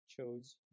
chose